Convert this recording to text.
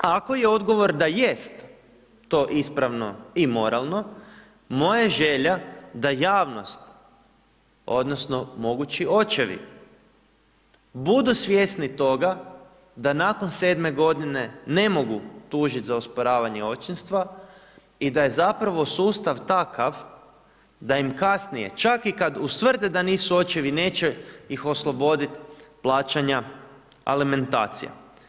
Ako je odgovor da jest to ispravno i moralno, moja je želja da javnost odnosno mogući očevi budu svjesni toga da nakon 7 godine ne mogu tužit za osporavanje očinstva i da je zapravo sustav takav da im kasnije čak i kad ustvrde da nisu očevi neće ih oslobodit plaćanja alimentacije.